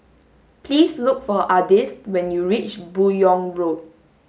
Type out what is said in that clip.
please look for Ardith when you reach Buyong Road